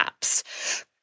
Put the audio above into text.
apps